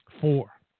Four